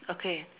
okay